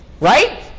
Right